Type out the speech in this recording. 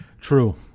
True